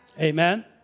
Amen